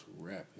rapping